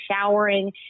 showering